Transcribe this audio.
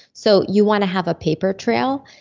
so you want to have a paper trail,